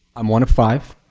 i'm one of five.